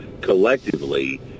collectively